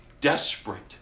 desperate